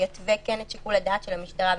שיתווה את שיקול הדעת של המשטרה,